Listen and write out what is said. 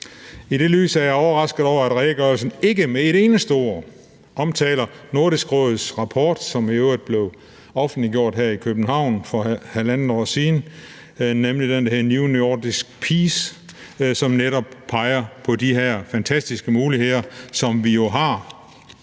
I det lys er jeg overrasket over, at redegørelsen ikke med et eneste ord omtaler Nordisk Råds rapport, som i øvrigt blev offentliggjort her i København for halvandet år siden, nemlig den, der hed »New Nordic Peace«, som netop peger på de her fantastiske muligheder, som vi har.